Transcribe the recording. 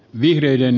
vihreiden